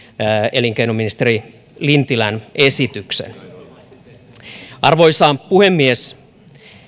elinkeinoministeri lintilän esityksen arvoisa puhemies